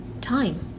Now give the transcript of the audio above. time